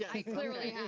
i clearly have.